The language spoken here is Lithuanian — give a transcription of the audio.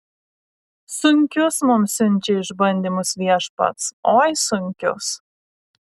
sunkius mums siunčia išbandymus viešpats oi sunkius